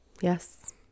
Yes